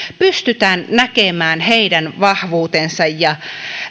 pystytään näkemään heidän vahvuutensa ja